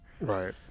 Right